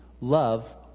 love